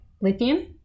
lithium